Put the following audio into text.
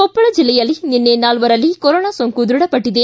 ಕೊಪ್ಪಳ ಜಿಲ್ಲೆಯಲ್ಲಿ ನಿನ್ನೆ ನಾಲ್ವರಲ್ಲಿ ಕೊರೊನಾ ಸೋಂಕು ದೃಢಪಟ್ಟದೆ